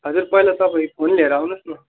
हजुर पहिला तपाईँ फोन लिएर आउनुहोस् न